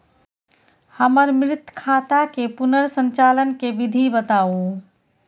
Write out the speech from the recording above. हमर मृत खाता के पुनर संचालन के विधी बताउ?